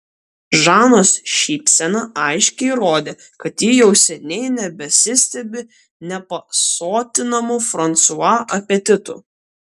žanos šypsena aiškiai rodė kad ji jau seniai nebesistebi nepasotinamu fransua apetitu